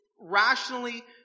rationally